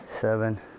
seven